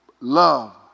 love